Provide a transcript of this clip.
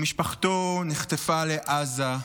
שמשפחתו נחטפה לעזה.